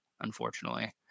unfortunately